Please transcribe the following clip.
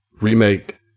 remake